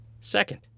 Second